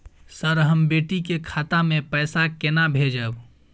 Sir, हम बेटी के खाता मे पैसा केना भेजब?